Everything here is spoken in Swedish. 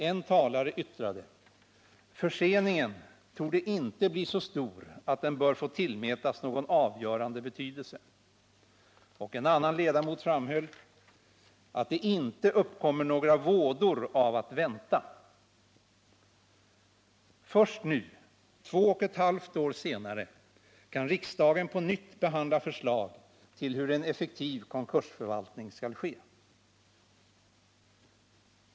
En talare yttrade: ”Förseningen torde inte bli så stor att den bör få tillmätas någon avgörande betydelse.” Och en annan ledamot framhöll ”att det inte uppkommer några vådor av att vänta”. Först nu, 2,5 år senare, kan riksdagen på nytt behandla förslag till hur en effektiv konkursförvaltning skall ske.